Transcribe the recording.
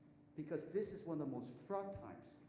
because this is one of the most fraught times